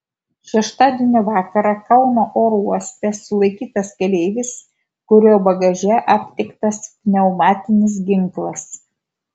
šeštadienio vakarą kauno oro uoste sulaikytas keleivis kurio bagaže aptiktas pneumatinis ginklas